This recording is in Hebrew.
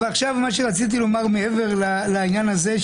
מה שרציתי לומר מעבר לעניין הזה,